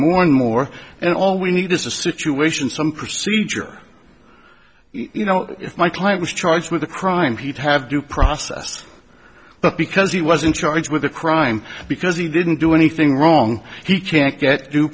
more and more and all we need is a situation some procedure you know if my client was charged with a crime he'd have due process but because he wasn't charged with a crime because he didn't do anything wrong he can't get due